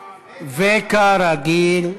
וכרגיל,